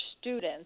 students